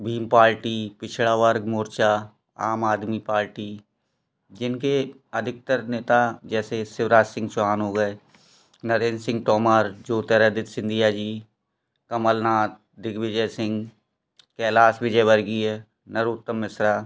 Bhil party पिछड़ा वर्ग मोर्चा आम आदमी पार्टी जिनके अधिकतर नेता जैसे शिवराज सिंह चौहान हो गए नरेंद्र सिंह तोमर ज्योतिरादित्य सिंधिया जी कमलनाथ दिग्विजय सिंह कैलाश विजयवर्गीय नरोत्तम मिश्रा